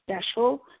special